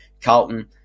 Carlton